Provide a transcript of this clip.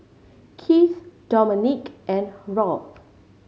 Kieth Dominque and Rob